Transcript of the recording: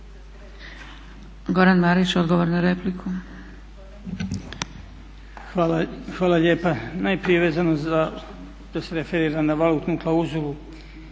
**Marić, Goran (HDZ)** Hvala lijepa. Najprije vezano za, da se referiram na valutnu klauzulu.